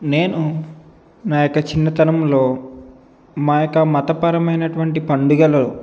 నేను నా యొక్క చిన్నతనంలో మా యొక్క మతపరమైనటువంటి పండుగలు